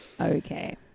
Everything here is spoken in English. Okay